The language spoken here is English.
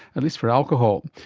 at least for alcohol.